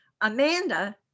Amanda